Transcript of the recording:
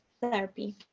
therapy